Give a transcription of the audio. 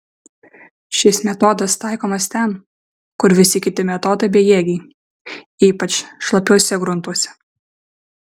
šis metodas taikomas ten kur visi kiti metodai bejėgiai ypač šlapiuose gruntuose